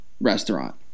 restaurant